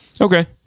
Okay